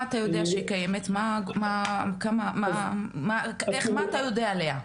מה אתה יודע עליה?